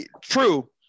True